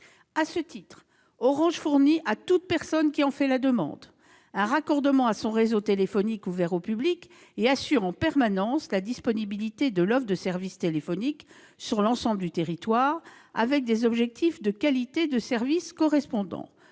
À ce titre, Orange fournit à toute personne qui en fait la demande un raccordement à son réseau téléphonique ouvert au public et assure en permanence la disponibilité de l'offre de service téléphonique sur l'ensemble du territoire, avec des objectifs de qualité de service correspondants.